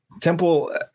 Temple